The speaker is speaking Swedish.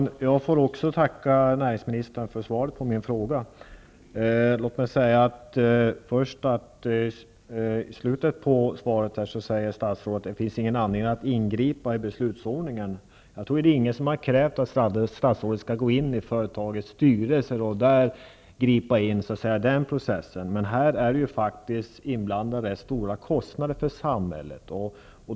Herr talman! Också jag får tacka näringsministern för svaret på min fråga. I slutet av svaret säger statsrådet att det inte finns någon anledning att ingripa i beslutsordningen. Jag tror inte att det är någon som krävt att statsrådet skall gå in i företagens styrelser och gripa in i den processen. Men detta innebär stora kostnader för samhället.